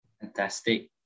fantastic